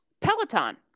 Peloton